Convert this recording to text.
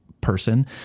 person